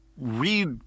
read